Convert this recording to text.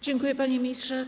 Dziękuję, panie ministrze.